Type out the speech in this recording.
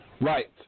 Right